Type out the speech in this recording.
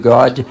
God